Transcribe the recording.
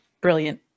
Brilliant